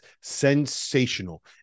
sensational